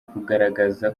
kugaragaza